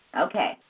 okay